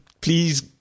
please